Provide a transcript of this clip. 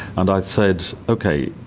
and i said, okay,